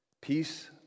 Peace